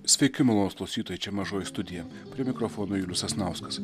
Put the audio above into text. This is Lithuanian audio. sveiki malonūs klausytojai čia mažoji studija prie mikrofono julius sasnauskas